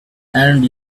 and